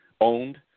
owned